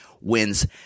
wins